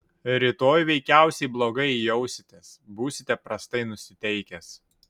rytoj veikiausiai blogai jausitės būsite prastai nusiteikęs